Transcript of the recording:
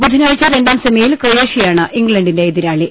ബുധനാഴ്ച രണ്ടാം സെമിയിൽ ക്രൊയേഷ്യയാണ് ഇംഗ്ലണ്ടിന്റെ എതിരാ ളി